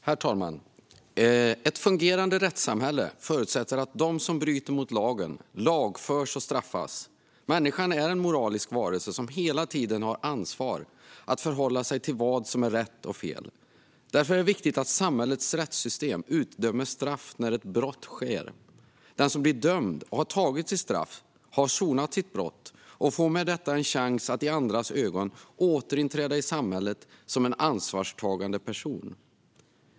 Herr talman! Ett fungerande rättssamhälle förutsätter att de som bryter mot lagen lagförs och straffas. Människan är en moralisk varelse som hela tiden har ansvar att förhålla sig till vad som är rätt och fel. Därför är det viktigt att samhällets rättssystem utdömer straff när ett brott sker. Den som blir dömd och har tagit sitt straff har sonat sitt brott och får med detta en chans att i andras ögon återinträda i samhället som en ansvarstagande person.